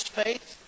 faith